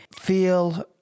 feel